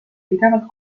pidevalt